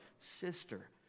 sister